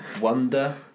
wonder